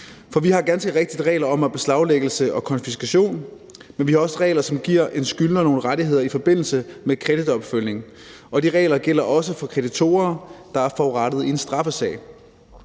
Vi har ganske rigtigt regler om beslaglæggelse og konfiskation, men vi har også regler, som giver en skylder nogle rettigheder i forbindelse med kreditorforfølgning, og de regler gælder også for kreditorer, der er forurettede i en straffesag.